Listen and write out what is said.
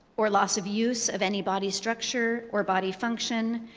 or loss of use of any body structure or body function,